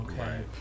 Okay